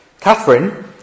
Catherine